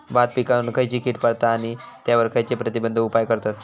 भात पिकांवर खैयची कीड पडता आणि त्यावर खैयचे प्रतिबंधक उपाय करतत?